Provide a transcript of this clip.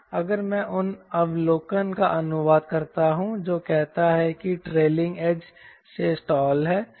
अगर मैं उन अवलोकन का अनुवाद करता हूं जो कहता है कि ट्रेलिंग एज से स्टाल है